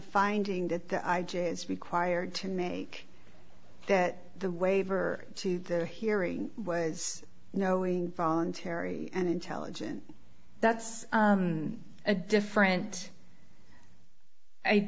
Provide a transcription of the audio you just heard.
finding that the i j a is required to make that the waiver to the hearing was knowing voluntary and intelligent that's a different